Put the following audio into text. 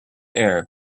air